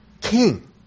king